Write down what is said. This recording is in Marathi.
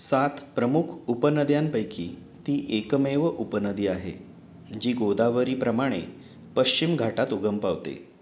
सात प्रमुख उपनद्यांपैकी ती एकमेव उपनदी आहे जी गोदावरीप्रमाणे पश्चिम घाटात उगम पावते